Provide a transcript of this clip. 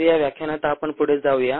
तर या व्याख्यानात आपण पुढे जाऊया